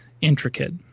intricate